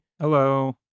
hello